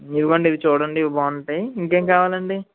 ఇవిగోండి ఇవి చూడండి ఇవి బాగుంటాయి ఇంకేం కావాలండి